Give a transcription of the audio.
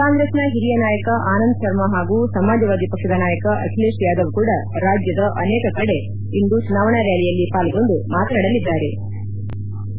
ಕಾಂಗ್ರೆಸ್ನ ಹಿರಿಯ ನಾಯಕ ಆನಂದ್ ಶರ್ಮಾ ಹಾಗೂ ಸಮಾಜವಾದಿ ಪಕ್ಷದ ನಾಯಕ ಅಖಿಲೇಶ್ ಯಾದವ್ ಕೂಡ ರಾಜ್ಯದ ಅನೇಕ ಕಡೆ ಚುನಾವಣಾ ರ್ನಾಲಿಯಲ್ಲಿ ಪಾಲ್ಗೊಂಡು ಮಾತನಾಡಲಿದ್ಲಾರೆ